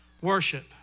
worship